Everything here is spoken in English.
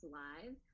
live